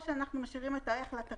או שאנחנו משאירים את האיך לתקנות.